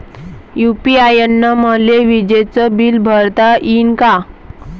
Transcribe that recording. UPI न मले विजेचं बिल भरता यीन का?